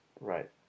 Right